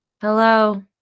Hello